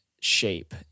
shape